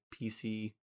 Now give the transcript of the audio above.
PC